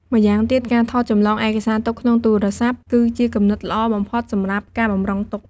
ម្យ៉ាងទៀត ការថតចម្លងឯកសារទុកក្នុងទូរស័ព្ទ គឺជាគំនិតល្អបំផុតសម្រាប់ការបម្រុងទុក ។